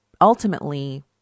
ultimately